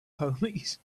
homies